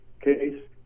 case